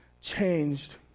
changed